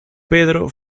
pedro